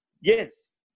yes